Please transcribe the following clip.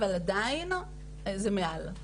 אבל עדיין זה מעל לממוצע.